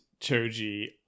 Choji